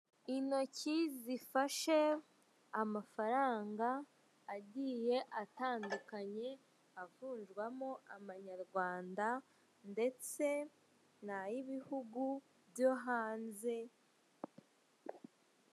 Intoki zifashe amafaranga agiye atandukanye avunjwamo amanyarwanda ndetse n'ay'ibihugu byo hanze.